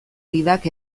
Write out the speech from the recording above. gidak